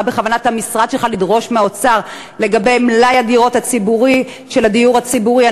מה בכוונת המשרד שלך לדרוש מהאוצר לגבי מלאי הדירות של הדיור הציבורי?